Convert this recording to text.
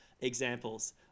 examples